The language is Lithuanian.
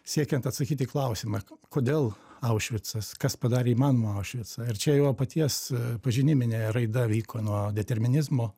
siekiant atsakyti į klausimą kodėl aušvicas kas padarė įmanomą aušvicą ar čia jo paties pažiniminė raida vyko nuo determinizmo